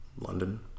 London